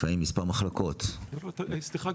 לפעמים מספר מחלקות -- סליחה,